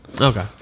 Okay